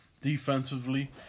defensively